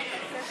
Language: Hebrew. ההסתייגות (250) של